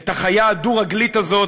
את החיה הדו-רגלית הזאת,